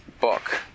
book